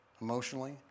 emotionally